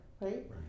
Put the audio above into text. right